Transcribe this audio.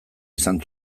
izan